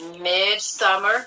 mid-summer